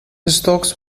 stokes